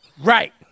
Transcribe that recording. Right